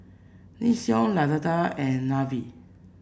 Nixon Lazada and Nivea